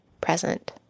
present